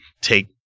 take